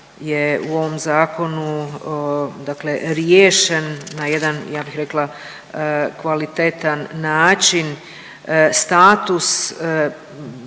je u ovom zakonu dakle riješen na jedan ja bih rekla kvalitetan način status